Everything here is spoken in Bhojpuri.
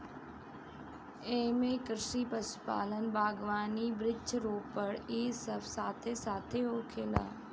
एइमे कृषि, पशुपालन, बगावानी, वृक्षा रोपण इ सब साथे साथ होखेला